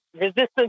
resistance